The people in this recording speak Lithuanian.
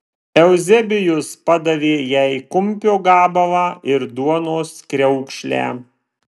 euzebijus padavė jai kumpio gabalą ir duonos kriaukšlę